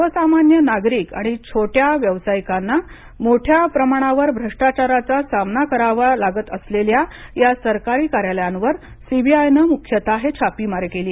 सर्वसामान्य नागरिक आणि छोट्या व्यावसायिकांना मोठ्या प्रमाणावर भ्रष्टाचाराचा सामना करावा लागत असलेल्या या सरकारी कार्यालयांवर सीबीआयने मुख्यतः ही छापेमारी केली